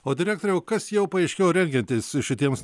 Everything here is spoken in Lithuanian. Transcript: o direktoriau kas jau paaiškėjo rengiantis šitiems